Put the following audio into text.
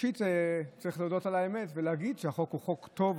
ראשית צריך להודות באמת ולהגיד שהחוק הוא חוק טוב,